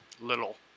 little